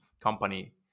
company